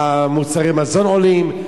מוצרי המזון עולים,